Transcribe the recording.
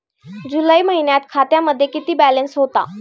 जुलै महिन्यात खात्यामध्ये किती बॅलन्स होता?